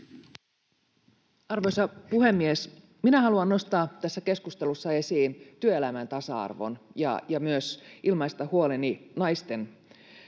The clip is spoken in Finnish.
Arvoisa puhemies! Minä haluan nostaa tässä keskustelussa esiin työelämän tasa-arvon ja myös ilmaista huoleni naisten asemasta,